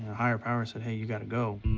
higher power said, hey, you gotta go.